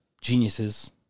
Geniuses